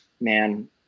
man